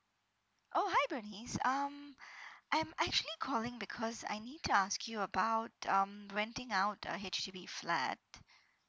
oh hi bernice um I'm actually calling because I need to ask you about um renting out the H_D_B flat